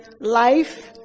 life